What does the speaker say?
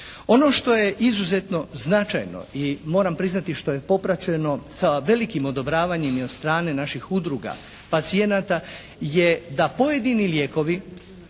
Ono što je izuzetno značajno i moram priznati što je popraćeno sa velikim odobravanjem i od strane naših udruga pacijenata je da pojedini lijekovi